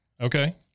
Okay